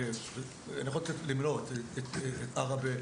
אני יכול למנות: עראבה,